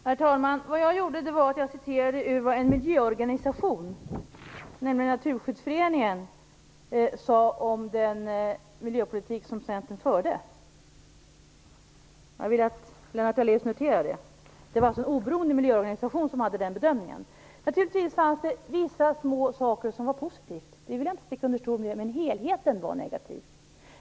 Herr talman! Jag återgav vad en miljöorganisation, Naturskyddsföreningen, skrivit om den miljöpolitik som Centern förde. Jag vill att Lennart Daléus noterar att det var en oberoende miljöorganisation som gjorde den bedömningen. Naturligtvis fanns det vissa små saker som var positiva - det vill jag inte sticka under stol med. Men helheten var negativ.